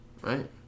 Right